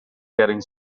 getting